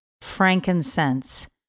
frankincense